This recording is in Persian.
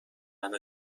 همه